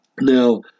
Now